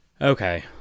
Okay